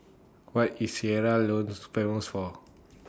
What IS Sierra Leone Famous For